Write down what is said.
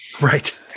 Right